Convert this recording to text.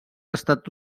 estat